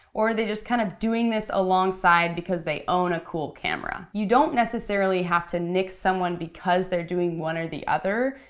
or are they just kind of doing this along side because they own a cool camera? you don't necessarily have to nix someone because they're doing one or the other,